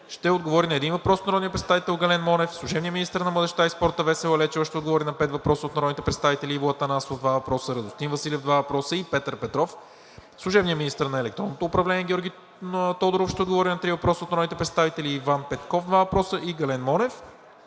ще отговори на един въпрос от народния представител Гален Монев. 9. Служебният министър на младежта и спорта Весела Лечева ще отговори на пет въпроса от народните представители Иво Атанасов – два въпроса; Радостин Василев – два въпроса; и Петър Петров. 10. Служебният министър на електронното управление Георги Тодоров ще отговори на три въпроса от народните представители Иван Петков – два въпроса; и Гален Монев.